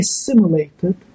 assimilated